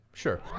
sure